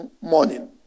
morning